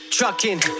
Trucking